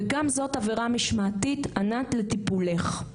וגם זאת עבירה משמעתית, ענת, לטיפולך.